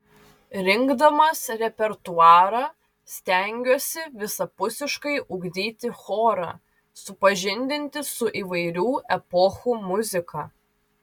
rinkdamas repertuarą stengiuosi visapusiškai ugdyti chorą supažindinti su įvairių epochų muzika